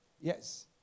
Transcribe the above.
Yes